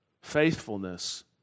faithfulness